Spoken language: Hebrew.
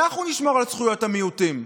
אנחנו נשמור על זכויות המיעוטים,